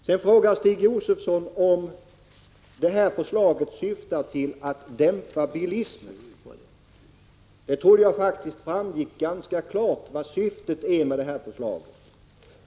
Sedan frågade Stig Josefson om förslaget syftar till att dämpa bilismen. Jag trodde faktiskt att syftet med förslaget framgick ganska klart.